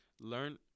learn